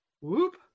whoop